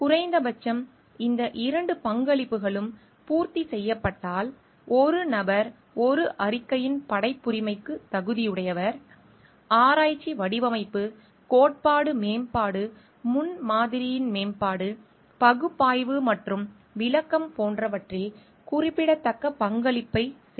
குறைந்தபட்சம் இந்த இரண்டு பங்களிப்புகளும் பூர்த்தி செய்யப்பட்டால் ஒரு நபர் ஒரு அறிக்கையின் படைப்புரிமைக்கு தகுதியுடையவர் ஆராய்ச்சி வடிவமைப்பு கோட்பாடு மேம்பாடு முன்மாதிரியின் மேம்பாடு பகுப்பாய்வு மற்றும் விளக்கம் போன்றவற்றில் குறிப்பிடத்தக்க பங்களிப்பைச் செய்துள்ளார்